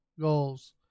goals